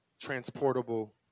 transportable